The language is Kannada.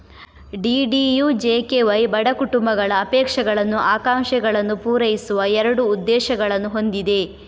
ಡಿ.ಡಿ.ಯು.ಜೆ.ಕೆ.ವೈ ಬಡ ಕುಟುಂಬಗಳ ಅಪೇಕ್ಷಗಳನ್ನು, ಆಕಾಂಕ್ಷೆಗಳನ್ನು ಪೂರೈಸುವ ಎರಡು ಉದ್ದೇಶಗಳನ್ನು ಹೊಂದಿದೆ